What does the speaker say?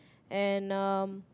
and um